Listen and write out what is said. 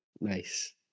Nice